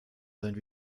seinen